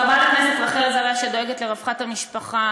חברת הכנסת רחל עזריה, שדואגת לרווחת המשפחה,